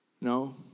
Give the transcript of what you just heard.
No